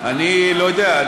אני לא יודע,